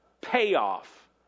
payoff